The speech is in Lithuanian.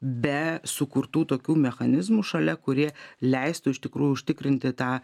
be sukurtų tokių mechanizmų šalia kurie leistų iš tikrųjų užtikrinti tą